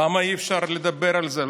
למה אי-אפשר לדבר על זה?